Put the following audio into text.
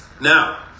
Now